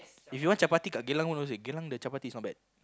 if you want chapati kat Geylang one Geylang the chapati is not bad